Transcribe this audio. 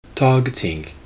Targeting